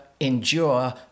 endure